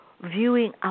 viewing